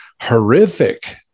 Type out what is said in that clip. horrific